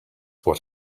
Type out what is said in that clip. what